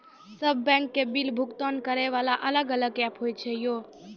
सब बैंक के बिल भुगतान करे वाला अलग अलग ऐप्स होय छै यो?